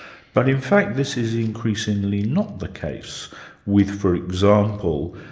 but in fact this is increasingly not the case with for example,